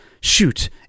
shoot